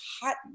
hot